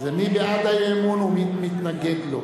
זה מי בעד האי-אמון ומי מתנגד לו.